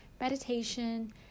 meditation